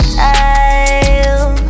time